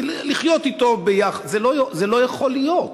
לנהל, להכיל, לחיות אתו ביחד, זה לא יכול להיות.